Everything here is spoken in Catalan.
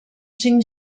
cinc